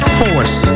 force